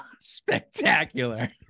spectacular